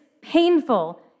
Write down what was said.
painful